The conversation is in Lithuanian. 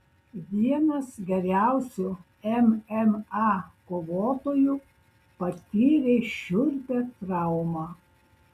vienas geriausių mma kovotojų patyrė šiurpią traumą